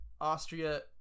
Austria